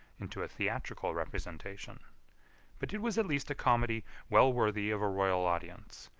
into a theatrical representation but it was at least a comedy well worthy of a royal audience,